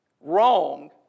wrong